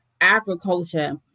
agriculture